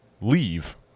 leave